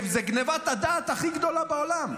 הרכב זו גנבת הדעת הכי גדולה בעולם.